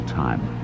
time